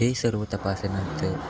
हे सर्व तपासानंतर